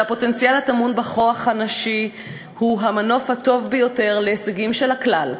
שהפוטנציאל הטמון בכוח הנשי הוא המנוף הטוב ביותר להישגים של הכלל,